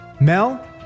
Mel